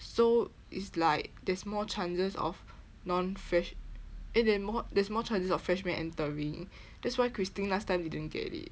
so it's like there's more chances of non fresh~ eh there's more there's more chances of freshman entering that's why christine last time didn't get it